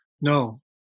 No